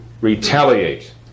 retaliate